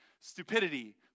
stupidity